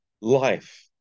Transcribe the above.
life